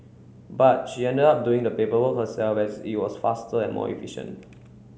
but she ended up doing the paperwork herself as it was faster and more efficient